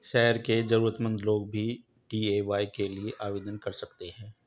शहर के जरूरतमंद लोग भी डी.ए.वाय के लिए आवेदन कर सकते हैं